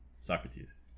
Socrates